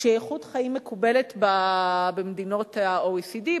שהיא איכות החיים המקובלת במדינות ה-OECD,